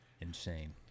Insane